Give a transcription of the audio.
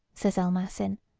says elmacin,